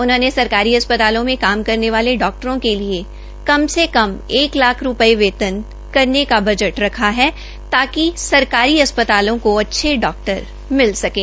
उन्होंने सरकारी अस्पतालों मे काम करने वाले डाक्टरों के लिये कम से कम एक लाख रूपये वेतन करने का बजट रखा है ताकि सरकारी अस्पतालों को अच्छे डाक्टर मिल सकें